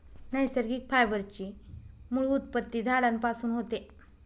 नैसर्गिक फायबर ची मूळ उत्पत्ती झाडांपासून होते